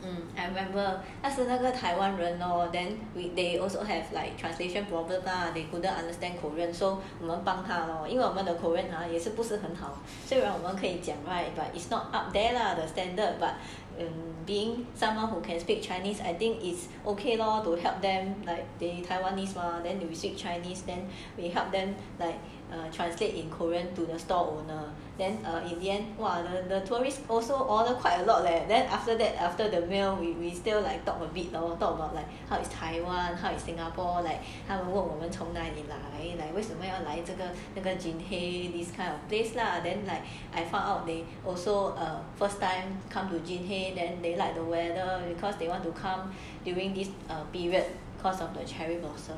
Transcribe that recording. um I remember 那是那个台湾人 lor then they also have like translation problem lah they couldn't understand korean so 我们帮他咯因为我们的 korean ah 也是不是很好虽然我们可以讲 right but it's not up there lah the standard but in being someone who can speak chinese I think it's okay lor to help them like the taiwanese mah then we speak chinese then we help them like err translate in korean to the stall owner then err in the end and the tourist also order quite a lot leh then after that after the meal we we still like talk a bit lor talk about like how is taiwan how is singapore like 他们问我们从那里来为什么来这个 jinhae 那个 jinhae this kind of place lah then like I found out they also are first time come to jinhae then they like the weather because they want to come during this period cause of the cherry blossom